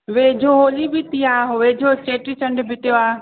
वेझो होली बि थी आहे वेझो चेटीचंड बि थियो आहे